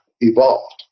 evolved